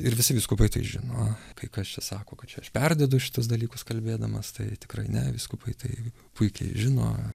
ir visi vyskupai tai žino kai kas čia sako kad čia aš perdedu šituos dalykus kalbėdamas tai tikrai ne vyskupai tai puikiai žino